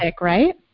right